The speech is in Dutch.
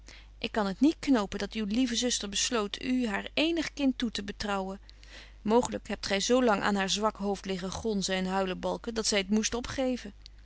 ik kan t niet knopen dat uw lieve zuster besloot u haar eenig kind toe te betrouwen mooglyk hebt gy zo lang aan haar zwak hoofd liggen gonzen en huilebalken dat zy het moest opgeven